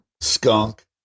skunk